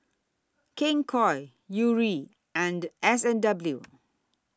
King Koil Yuri and S and W